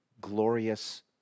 glorious